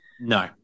no